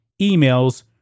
emails